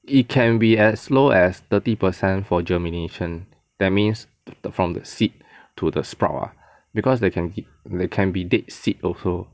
it can be as low as thirty per cent for germination that means the from the seed to the sprouts ah because they can they can be dead seed also